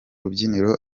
rubyiniro